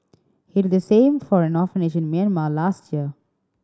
he did the same for an orphanage in Myanmar last year